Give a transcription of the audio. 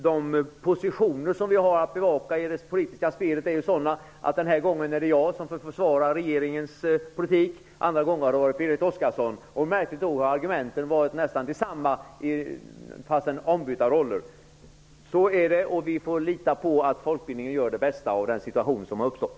De positioner som vi har att bevaka i det politiska spelet är sådana att den här gången är det jag som får försvara regeringens politik. Andra gånger har det varit Berit Oscarsson. Märkligt nog har argumenten varit nästan desamma, fastän i ombytta roller. Så är det. Vi får lita på att folkbildningen gör det bästa av den situation som uppstått.